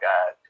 God